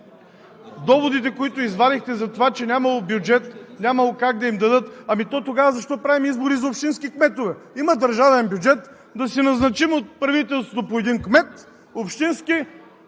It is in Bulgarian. Доводите, които извадихте, за това че нямало бюджет и нямало как да им дадат, то тогава защо правим избори за общински кметове? Има държавен бюджет, да назначим от правителството по един общински